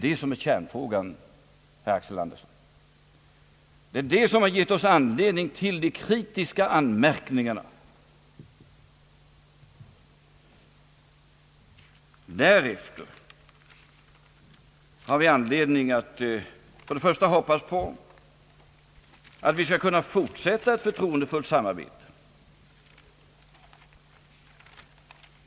Detta är kärnfrågan, herr Axel Andersson, som gett oss anledning till de kritiska anmärkningarna. Hädanefter har vi anledning att i första hand hoppas på att vi skall kunna fortsätta ett förtroendefullt samarbete.